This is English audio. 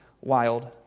wild